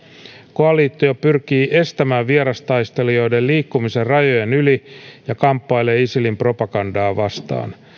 koalitio pyrkii estämään vierastaistelijoiden liikkumisen rajojen yli ja kamppailee isilin propagandaa vastaan